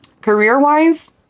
Career-wise